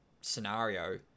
scenario